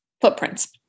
footprints